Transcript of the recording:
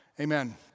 Amen